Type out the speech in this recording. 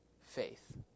faith